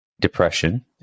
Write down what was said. depression